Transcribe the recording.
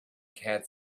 cat